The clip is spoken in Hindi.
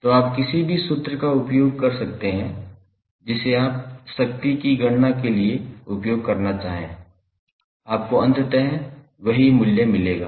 तो आप किसी भी सूत्र का उपयोग कर सकते हैं जिसे आप शक्ति की गणना के लिए उपयोग करना चाहते हैं आपको अंततः वही मूल्य मिलेगा